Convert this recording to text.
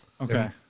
Okay